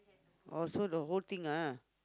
orh so the whole thing ah